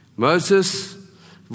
Moses